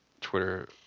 Twitter